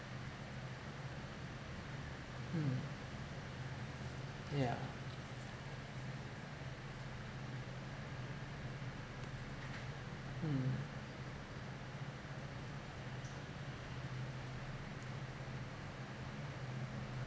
hmm yeah hmm